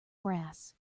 brass